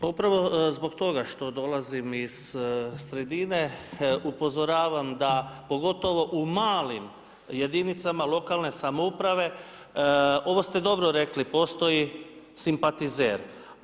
Pa upravo zbog toga što dolazim iz sredine upozoravam da pogotovo u malim jedinicama lokalne samouprave ovo ste dobro rekli, postoji simpatizer.